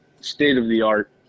state-of-the-art